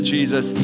Jesus